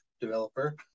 developer